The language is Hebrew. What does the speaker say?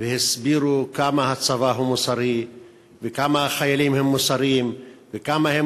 והסבירו כמה הצבא הוא מוסרי וכמה החיילים הם מוסריים וכמה הם